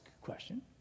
question